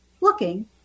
looking